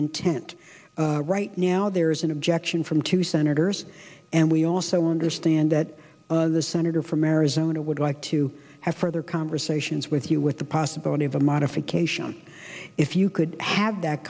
intent right now there is an objection from two senators and we also understand that the senator from arizona would like to have further conversations with you with the possibility of a modification if you could have that